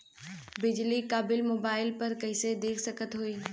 बिजली क bill mobile पर कईसे देख सकत हई?